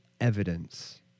evidence